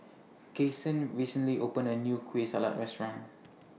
Kasen recently opened A New Kueh Salat Restaurant